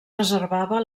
reservava